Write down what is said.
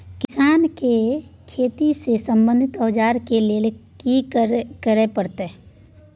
किसान के खेती से संबंधित औजार के लेल की करय परत?